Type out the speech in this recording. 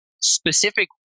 specific